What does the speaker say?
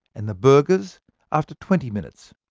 and the burgers after twenty minutes.